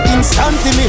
Instantly